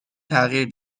تغییر